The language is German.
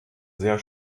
sehr